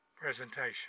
presentation